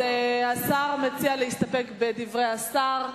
השר מציע להסתפק בדברי השר.